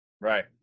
right